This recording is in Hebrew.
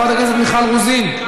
חברת הכנסת מיכל רוזין,